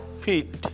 feet